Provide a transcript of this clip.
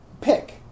Pick